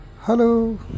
Hello